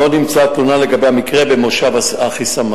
לא נמצאה תלונה לגבי המקרה במושב אחיסמך.